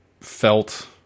felt